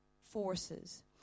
forces